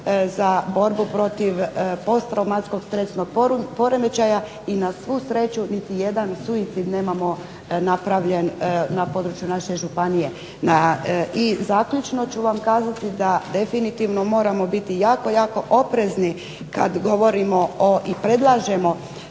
za borbu protiv posttraumatskog stresnog poremećaja i na svu sreću niti jedan suicid nemamo napravljen na području naše županije. I zaključno ću vam kazati da definitivno moramo biti jako, jako oprezni kad govorimo o i predlažemo